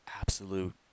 absolute